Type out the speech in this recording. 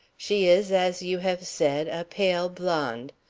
she is, as you have said, a pale blonde.